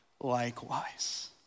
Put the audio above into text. likewise